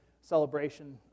celebration